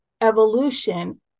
evolution